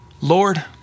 Lord